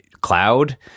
cloud